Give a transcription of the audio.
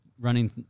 running